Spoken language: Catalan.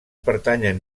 pertanyen